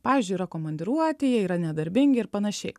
pavyzdžiui yra komandiruotėj jie yra nedarbingi ir panašiai